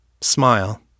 smile